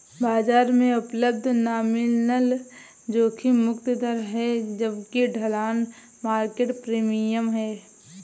बाजार में उपलब्ध नॉमिनल जोखिम मुक्त दर है जबकि ढलान मार्केट प्रीमियम है